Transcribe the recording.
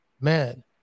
Man